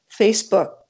Facebook